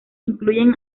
incluyen